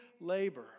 labor